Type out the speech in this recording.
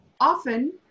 often